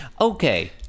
Okay